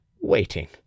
waiting